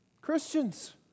Christians